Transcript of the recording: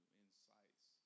insights